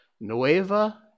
Nueva